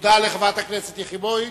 תודה לחברת הכנסת יחימוביץ.